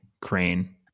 crane